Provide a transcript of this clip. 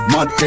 Mad